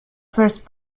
first